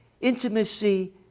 intimacy